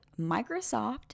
Microsoft